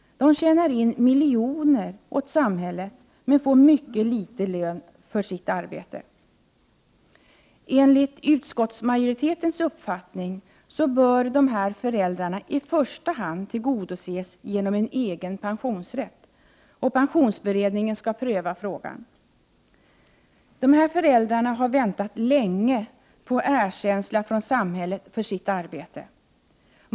De tjänar in miljoner åt samhället, men de får mycket liten lön för sitt arbete. Enligt utskottsmajoritetens uppfattning bör de här föräldrarna i första hand tillgodoses genom en egen pensionsrätt, och den frågan skall prövas av pensionsberedningen. Dessa föräldrar har väntat länge på erkänsla från samhället för sitt arbete.